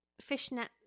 fishnet